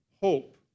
hope